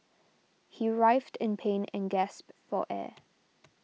he writhed in pain and gasped for air